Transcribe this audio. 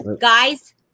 guys